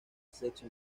sexo